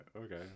Okay